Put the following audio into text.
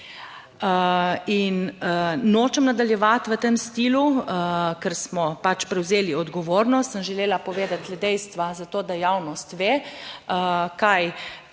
In nočem nadaljevati v tem stilu, ker smo pač prevzeli odgovornost, sem želela povedati le dejstva, zato, da javnost ve kaj,